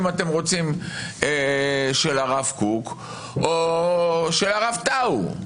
אם אתם רוצים של הרב קוק או של הרב טאו.